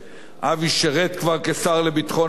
אבי שירת כבר כשר לביטחון הפנים,